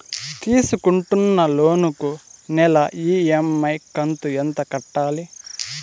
తీసుకుంటున్న లోను కు నెల ఇ.ఎం.ఐ కంతు ఎంత కట్టాలి?